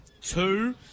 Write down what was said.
two